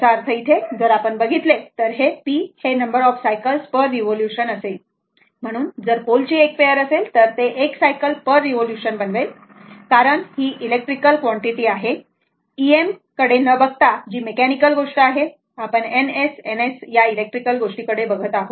तर याचा अर्थ इथे जर आपण बघितले तर हे p हे number of cycle per revolution असेल बरोबर म्हणून जर पोलची 1 पेयर असेल तर ते 1 सायकल पर रेवोल्युशन बनवेल कारण ही इलेक्ट्रिकल कॉन्टिटी आहे Em कडे न बघता जी मेकॅनिकल गोष्ट आहे आपण N S N S electrical गोष्टीकडे बघत आहोत